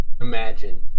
Imagine